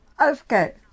Okay